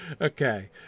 Okay